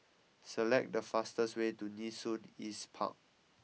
select the fastest way to Nee Soon East Park